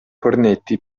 cornetti